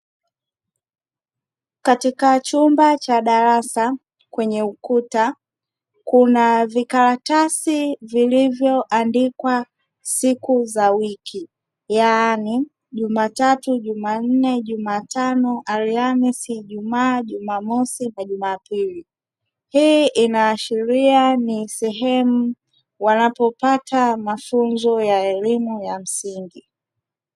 Katika chumba cha darasa kwenye ukuta kuna vikaratasi vilivyoandikwa siku za wiki, yaani, Jumatatu, Jumanne, Jumatano, Alhamisi, Ijumaa, Jumamosi na Jumapili. Hii inaashiria ni sehemu wanapopata mafunzo ya elimu ya msingi.